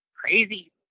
crazy